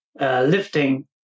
lifting